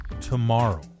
tomorrow